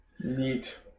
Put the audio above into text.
Neat